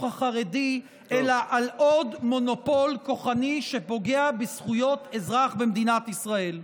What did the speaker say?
החרדי אלא על עוד מונופול כוחני שפוגע בזכויות אזרח במדינת ישראל.